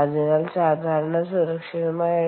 അതിനാൽ സാധാരണ സുരക്ഷിതമായ